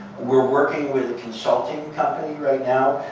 we're working with a consulting company right now.